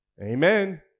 Amen